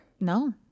no